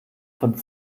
von